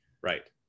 Right